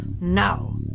Now